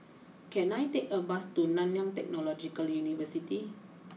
can I take a bus to Nanyang Technological University